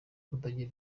kutagira